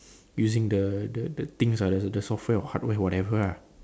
using the the the things lah like the software or hardware whatever ah